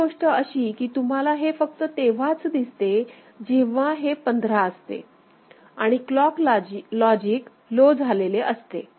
दुसरी गोष्ट अशी की तुम्हाला हे फक्त तेव्हाच दिसते जेव्हा हे 15 असते आणि क्लॉक लॉजिक लो झालेले असते